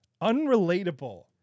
unrelatable